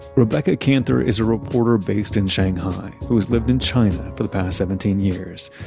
rebecca kanthor is a reporter based in shanghai who has lived in china for the past seventeen years.